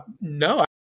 no